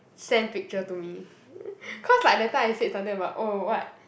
send picture to me cause like that time I said something about oh what